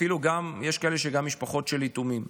אפילו יש משפחות של יתומים,